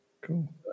Cool